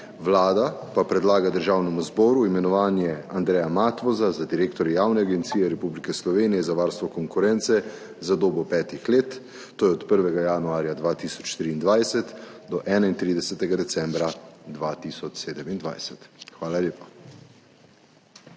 Vlada pa predlaga Državnemu zboru imenovanje Andreja Matvoza za direktorja Javne agencije Republike Slovenije za varstvo konkurence za dobo petih let, to je od 1. januarja 2023 do 31. decembra 2027. Hvala lepa.